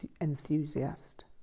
enthusiast